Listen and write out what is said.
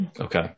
Okay